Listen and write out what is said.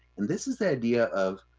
and this is the idea of,